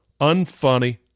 unfunny